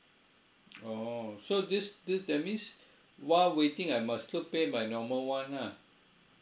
oh so this this that means while waiting I must still pay my normal one ah